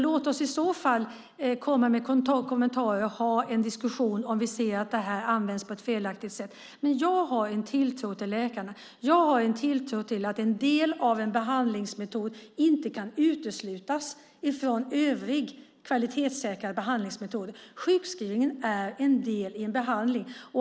Låt oss ha en diskussion om vi ser att det används på ett felaktigt sätt. Jag har en tilltro till läkarna. Jag har en tilltro till att en del av en behandlingsmetod inte kan uteslutas från övriga kvalitetssäkrade behandlingsmetoder. Sjukskrivningen är en del i en behandling.